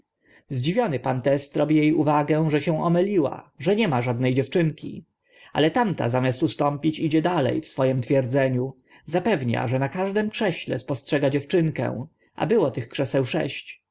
zdziwiony pan teste robi e uwagę że się omyliła że nie ma żadne dziewczynki ale tamta zamiast ustąpić idzie dale w swoim twierdzeniu zapewnia że na każdym krześle spostrzega dziewczynkę a było tych krzeseł sześć